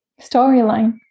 storyline